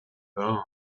bone